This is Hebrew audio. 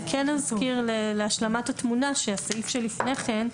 אני כן אזכיר להשלמת התמונה שהסעיף שלפני כן,